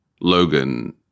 Logan